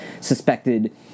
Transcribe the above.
suspected